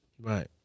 Right